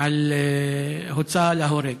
על הוצאה להורג.